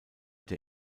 der